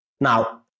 Now